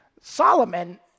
Solomon